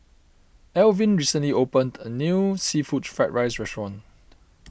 Alvin recently opened a new Seafood Fried Rice restaurant